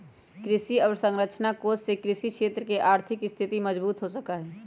कृषि अवसरंचना कोष से कृषि क्षेत्र के आर्थिक स्थिति मजबूत हो सका हई